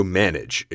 manage